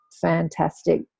fantastic